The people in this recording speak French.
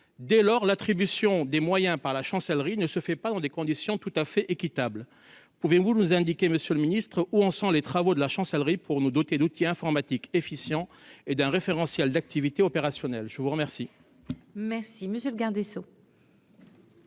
dès lors, l'attribution des moyens par la chancellerie ne se fait pas dans des conditions tout à fait équitable, pouvez-vous nous indiquer, Monsieur le Ministre, où en sont les travaux de la chancellerie pour nous doter d'outils informatiques efficient et d'un référentiel d'activité opérationnelle, je vous remercie.